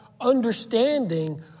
understanding